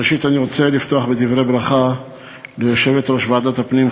ראשית אני רוצה לפתוח בדברי ברכה ליושבת-ראש ועדת הפנים,